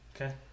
Okay